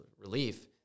relief